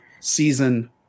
season